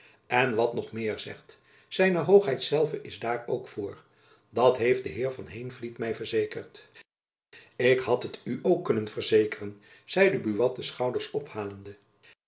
en wat nog meer zegt z hoogheid zelve is daar ook voor dat heeft de heer van heenvliet my verzekerd ik had het u ook kunnen verzekeren zeide buat de schouders ophalende